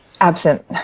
absent